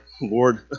Lord